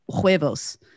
huevos